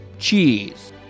Cheese